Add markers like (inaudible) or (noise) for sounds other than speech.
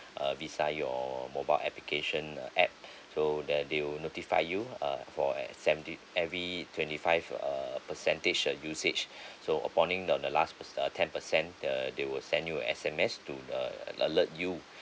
err resign your mobile application uh app (breath) so that they will notify you uh for seventy every twenty five err percentage uh usage (breath) so uponing on the last per~ uh ten percent uh they will send you a S_M_S to uh alert you